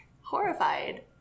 horrified